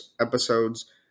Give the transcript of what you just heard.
episodes